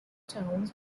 towns